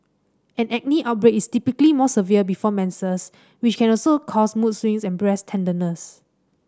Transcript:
an acne outbreak is typically more severe before menses which can also cause mood swings and breast tenderness